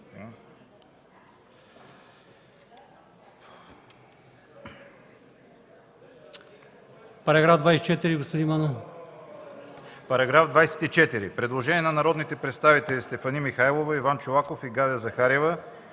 с приетите предложения на народните представители Стефани Михайлова, Иван Чолаков и Галя Захариева,